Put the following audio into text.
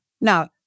Now